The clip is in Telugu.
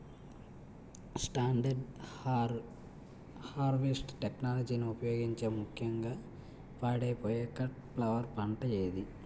స్టాండర్డ్ హార్వెస్ట్ టెక్నాలజీని ఉపయోగించే ముక్యంగా పాడైపోయే కట్ ఫ్లవర్ పంట ఏది?